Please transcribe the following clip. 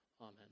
Amen